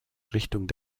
richtung